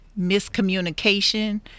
miscommunication